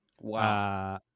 Wow